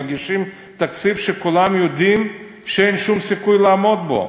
מגישים תקציב שכולם יודעים שאין שום סיכוי לעמוד בו.